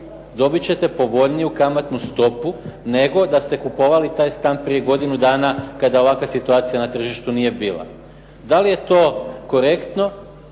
dobiti ćete povoljniju kamatnu stopu nego da ste kupovali taj stan prije godinu dana kada ovakva situacija na tržištu nije bila. Da li je to korektno,